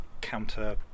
Counter